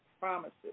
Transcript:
promises